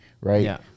right